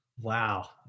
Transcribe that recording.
Wow